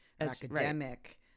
academic